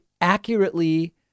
accurately